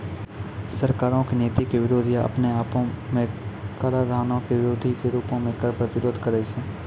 सरकारो के नीति के विरोध या अपने आपो मे कराधानो के विरोधो के रूपो मे कर प्रतिरोध करै छै